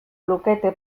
lukete